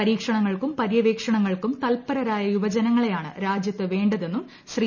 പരീക്ഷണങ്ങൾക്കും പരൃവേക്ഷണ ങ്ങൾക്കും തൽപരരായ യുവജനങ്ങളെയാണ് രാജ്യത്ത് വേണ്ട തെന്നും ശ്രീ